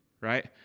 right